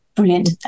Brilliant